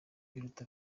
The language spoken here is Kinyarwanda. biruta